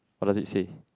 what does it say